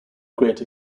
greater